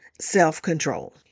self-control